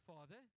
Father